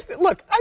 Look